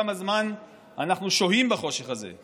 כמה זמן אנחנו שוהים בחושך הזה,